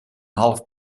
half